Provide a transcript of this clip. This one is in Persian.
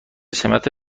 سمت